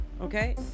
Okay